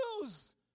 news